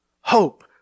Hope